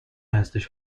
هستش